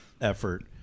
effort